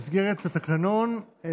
במסגרת התקנון,